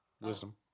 Wisdom